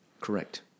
Correct